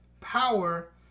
power